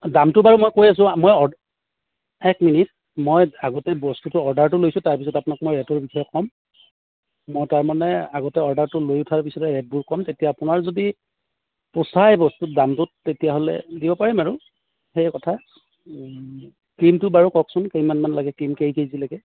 দামটো বাৰু মই কৈ আছোঁ মই অৰ্ এক মিনিট মই আগতে বস্তুটো অৰ্ডাৰটো লৈছোঁ তাৰপিছত আপোনাক মই ৰেটৰ বিশেষ ক'ম মই তাৰমানে আগতে অৰ্ডাৰটো লৈ থোৱাৰ পিছতে ৰেটবোৰ ক'ম তেতিয়া আপোনাৰ যদি পোচাই বস্তুৰ দামটোত তেতিয়াহ'লে দিব পাৰিম আৰু সেই কথা ক্ৰীমটো বাৰু কওকচোন কিমান মান লাগে ক্ৰীম কেই কেজি লাগে